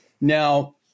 Now